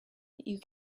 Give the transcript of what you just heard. you